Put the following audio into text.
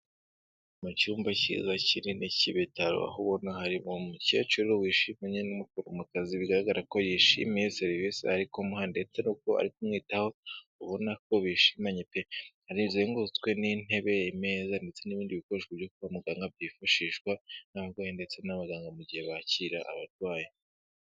Mu cyumba kiza kinini cy'ibitaro, aho ubona hari umukecuru wishimye n'umuforomokazi bigaragara ko yishimiye serivisi ari kumuha ndetse n'uko ari kumwitaho ubona ko bishimanye pe, hari inzu izengurutswe n'intebe, ameza ndetse n'ibindi bikoresho byo kwa muganga byifashishwa n'abarwayi ndetse n'abaganga mu gihe bakira abarwayi.